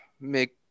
make